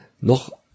noch